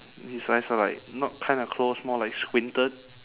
his eyes are like not kinda close more like squinted